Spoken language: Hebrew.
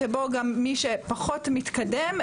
-- שבו מי שפחות מתקדם,